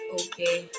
okay